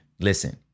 Listen